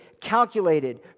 calculated